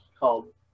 called